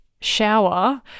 shower